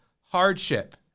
hardship